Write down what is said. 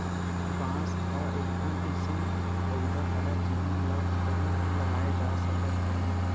बांस ह एकठन अइसन पउधा हरय जेन ल कहूँ भी लगाए जा सकत हवन